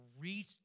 reach